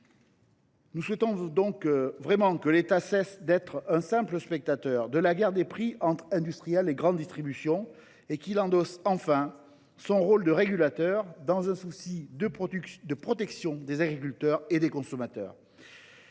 Nous souhaitons vraiment que l’État cesse d’être un simple spectateur de la guerre des prix entre industriels et grande distribution et qu’il endosse enfin son rôle de régulateur, dans un souci de protection des agriculteurs et des consommateurs.